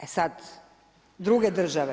E sad, druge države.